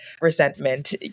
resentment